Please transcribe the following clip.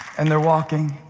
and they're walking,